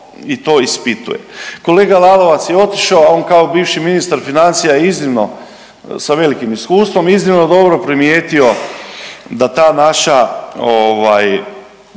i to ispituje. Kolega Lalovac je otišao, a on kao bivši ministar financija iznimno sa velikim iskustvom iznimno je dobro primijetio da ta naša